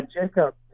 Jacob